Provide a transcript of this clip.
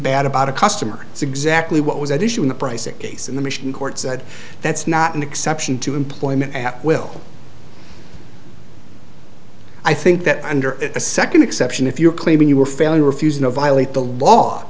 bad about a customer it's exactly what was at issue in the pricing case in the mission court said that's not an exception to employment at will i think that under a second exception if you're claiming you were failing refusing to violate the law